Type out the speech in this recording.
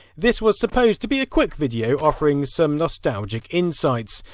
this was supposed to be a quick video, offering some nostalgic insights,